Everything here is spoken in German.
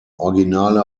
originale